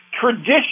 tradition